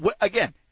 again